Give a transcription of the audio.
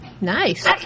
Nice